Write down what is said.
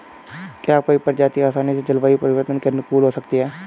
क्या कोई प्रजाति आसानी से जलवायु परिवर्तन के अनुकूल हो सकती है?